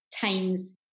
times